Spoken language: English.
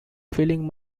filling